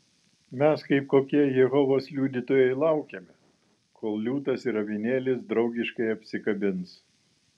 mes kaip kokie jehovos liudytojai laukiame kol liūtas ir avinėlis draugiškai apsikabins